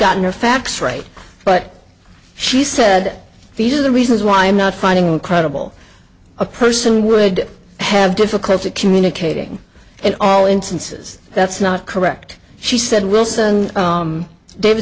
gotten her facts right but she said these are the reasons why i'm not finding incredible a person would have difficulty communicating in all instances that's not correct she said wilson davi